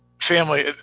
family